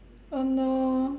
oh no